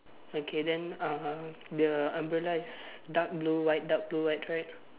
okay then uh the umbrella is dark blue white dark blue right